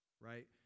right